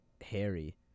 Harry